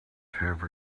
have